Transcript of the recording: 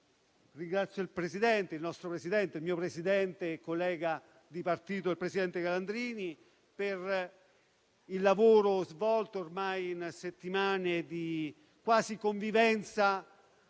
ringrazio il nostro Presidente, il mio presidente, collega di partito, il presidente Calandrini, per il lavoro svolto in settimane di convivenza